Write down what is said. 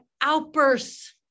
outbursts